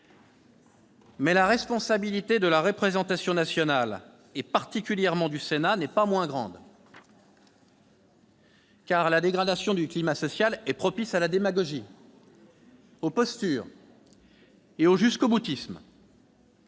Mais la responsabilité de la représentation nationale, particulièrement du Sénat, n'est pas moins grande, la dégradation du climat social étant propice à la démagogie, aux postures et au jusqu'au-boutisme.